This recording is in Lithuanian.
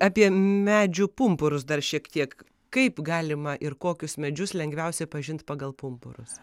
apie medžių pumpurus dar šiek tiek kaip galima ir kokius medžius lengviausia pažint pagal pumpurus